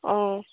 অঁ